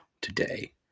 today